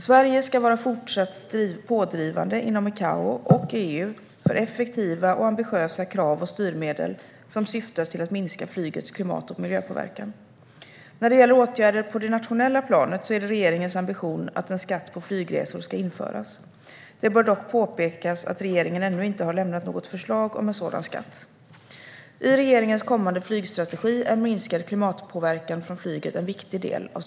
Sverige ska fortsätta att vara pådrivande inom ICAO och EU för effektiva och ambitiösa krav och styrmedel som syftar till att minska flygets klimat och miljöpåverkan. När det gäller åtgärder på det nationella planet är det regeringens ambition att en skatt på flygresor ska införas. Det bör dock påpekas att regeringen ännu inte har lämnat något förslag om en sådan skatt. I regeringens kommande flygstrategi är minskad klimatpåverkan från flyget en viktig del.